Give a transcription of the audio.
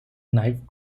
knife